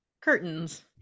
curtains